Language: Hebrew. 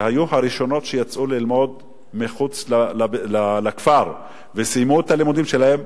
שהיו הראשונות שיצאו ללמוד מחוץ לכפר וסיימו את הלימודים שלהן,